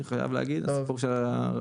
הסיפור של השדה.